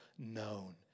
known